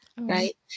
Right